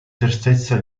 tristezza